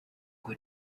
ngo